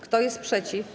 Kto jest przeciw?